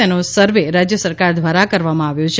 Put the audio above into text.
તેનો સર્વે રાજ્ય સરકાર દ્વારા કરવામાં આવ્યો છે